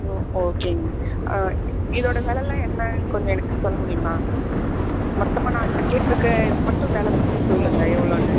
ஓ okay ma'am இதோட விளலாம் என்ன கொஞ்ச எனக்கு சொல்ல முடியுமா மொத்தமாக நான் கேட்டுருக்க இதற்கு மட்டும் விள மட்டும் சொல்லுங்கள் எவ்வளோனு